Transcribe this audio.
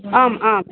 आम् आम्